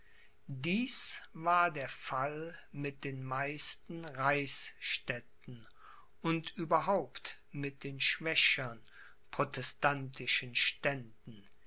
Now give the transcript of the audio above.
dies war der fall mit den meisten reichsstädten und überhaupt mit den schwächern protestantischen ständen